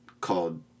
called